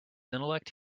intellect